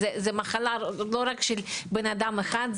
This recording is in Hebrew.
זו לא מחלה רק של בן-אדם אחד,